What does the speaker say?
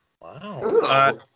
Wow